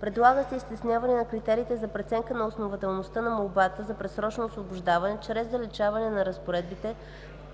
Предлага се и стесняване на критериите за преценка на основателността на молбата за предсрочно освобождаване чрез заличаване на разпоредбите